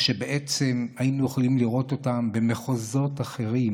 שבעצם היינו יכולים לראות אותם במחוזות אחרים,